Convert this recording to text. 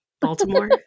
Baltimore